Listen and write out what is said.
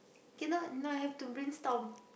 cannot no I have to bring storm